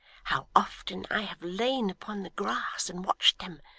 how often i have lain upon the grass and watched them.